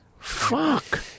fuck